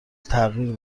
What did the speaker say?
تغییر